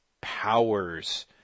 powers